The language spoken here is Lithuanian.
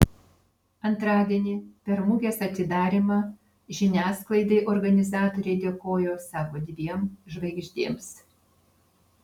antradienį per mugės atidarymą žiniasklaidai organizatoriai dėkojo savo dviem žvaigždėms